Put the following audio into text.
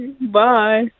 Bye